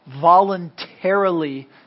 voluntarily